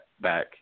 back